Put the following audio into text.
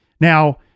Now